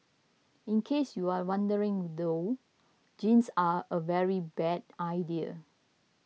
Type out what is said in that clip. in case you are wondering though jeans are a very bad idea